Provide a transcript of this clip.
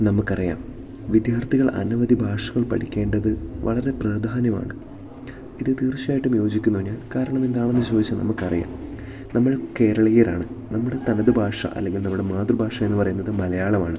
നമുക്കറിയാം വിദ്യാർത്ഥികൾ അനവധി ഭാഷകൾ പഠിക്കേണ്ടത് വളരെ പ്രാധാന്യമാണ് ഇത് തീർച്ചയായിട്ടും യോജിക്കുന്നു ഞാൻ കാരണം എന്താണെന്ന് ചോദിച്ചാൽ നമുക്കറിയാം നമ്മൾ കേരളീയരാണ് നമ്മുടെ തനത് ഭാഷ അല്ലെങ്കിൽ നമ്മുടെ മാതൃഭാഷ എന്ന് പറയുന്നത് മലയാളമാണ്